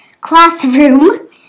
classroom